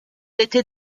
était